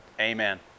Amen